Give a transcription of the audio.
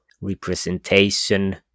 representation